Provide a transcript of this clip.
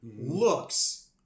looks